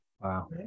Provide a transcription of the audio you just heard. Wow